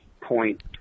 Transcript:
point